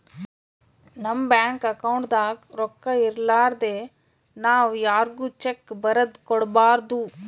ನಮ್ ಬ್ಯಾಂಕ್ ಅಕೌಂಟ್ದಾಗ್ ರೊಕ್ಕಾ ಇರಲಾರ್ದೆ ನಾವ್ ಯಾರ್ಗು ಚೆಕ್ಕ್ ಬರದ್ ಕೊಡ್ಬಾರ್ದು